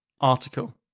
Article